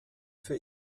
für